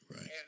Right